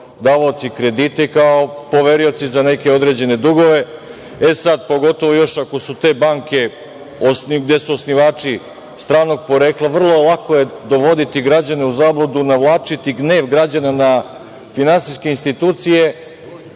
davaoci kredita i kao poverioci za neke određene dugove. E sad, pogotovo još ako su te banke gde su osnivači stranog porekla, vrlo lako je dovoditi građane u zabludu, navlačiti gnev građana na finansijske institucije